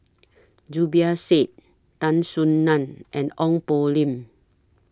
Zubir Said Tan Soo NAN and Ong Poh Lim